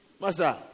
Master